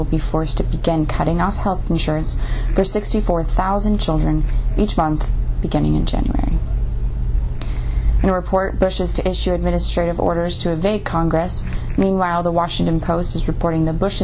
will be forced to began cutting off health insurance for sixty four thousand children each month beginning in january and the report pushes to ensure administrative orders to evade congress meanwhile the washington post is reporting the bush